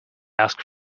asked